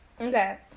Okay